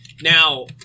now